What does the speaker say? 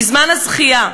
בזמן הזכייה,